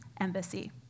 embassy